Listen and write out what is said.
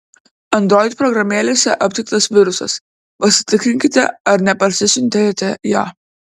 android programėlėse aptiktas virusas pasitikrinkite ar neparsisiuntėte jo